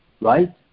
right